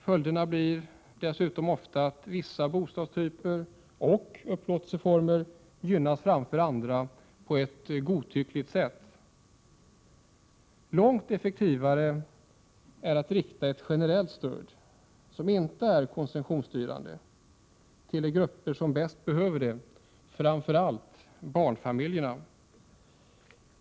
Följden blir dessutom ofta att vissa bostadstyper och upplåtelseformer gynnas framför andra på ett godtyckligt sätt. Långt effektivare är att rikta ett generellt stöd, som inte är konsumtionsstyrande, till de grupper som behöver det — framför allt barnfamiljerna.